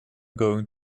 going